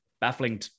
baffling